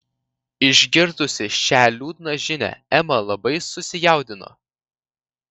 išgirdusi šią liūdną žinią ema labai susijaudino